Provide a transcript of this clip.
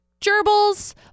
gerbils